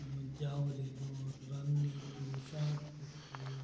javelin running shot put